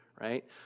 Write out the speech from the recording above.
right